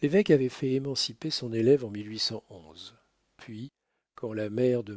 l'évêque avait fait émanciper son élève en puis quand la mère de